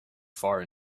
far